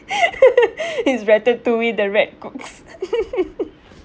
he's ratatouille the rat cook